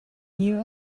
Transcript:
new